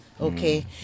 okay